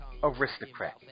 Aristocrat